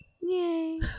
Yay